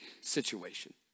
situation